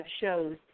shows